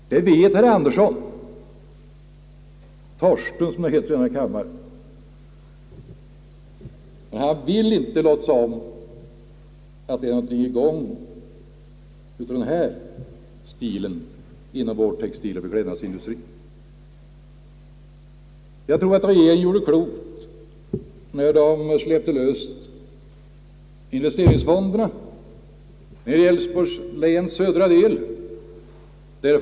Detta vet herr Torsten Andersson, men han vill inte låtsas om att en sådan utveckling pågår inom vår textiloch beklädnadsindustri. Jag tror att regeringen gjorde klokt när den släppte lös investeringsfonderna i Älvsborgs läns södra del.